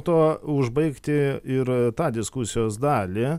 tuo užbaigti ir tą diskusijos dalį